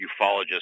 ufologists